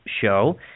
show